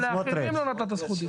גם לאחרים לא נתת זכות דיבור.